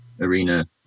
arena